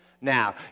Now